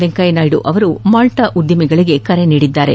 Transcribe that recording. Venkaiah Naidu Malta ಉದ್ದಮಿಗಳಿಗೆ ಕರೆ ನೀಡಿದ್ದಾರೆ